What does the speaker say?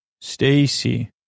Stacy